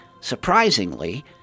surprisingly